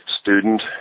student